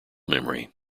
memory